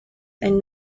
and